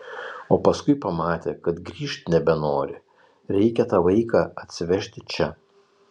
o paskui pamatė kad grįžt nebenori reikia tą vaiką atsivežti čia